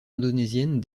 indonésienne